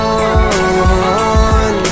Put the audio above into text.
on